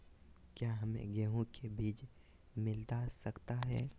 क्या हमे गेंहू के बीज मिलता सकता है?